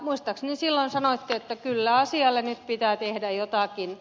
muistaakseni silloin sanoitte että kyllä asialle nyt pitää tehdä jotakin